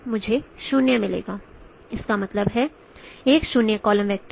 मुझे 0 मिलेगा इसका मतलब है एक 0 कॉलम वेक्टर